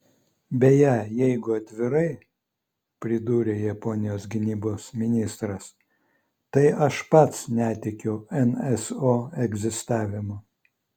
beje jeigu atvirai pridūrė japonijos gynybos ministras tai aš pats netikiu nso egzistavimu